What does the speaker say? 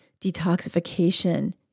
detoxification